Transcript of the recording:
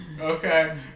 Okay